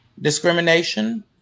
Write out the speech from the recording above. discrimination